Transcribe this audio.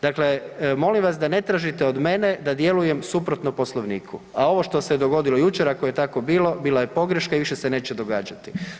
Dakle, molim vas da ne tražite od mene da djelujem suprotno Poslovniku, a ovo što se je dogodilo jučer ako je tako bilo bila je pogreška i više se neće događati.